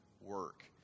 work